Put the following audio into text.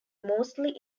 mostly